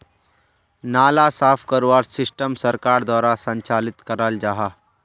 नाला साफ करवार सिस्टम सरकार द्वारा संचालित कराल जहा?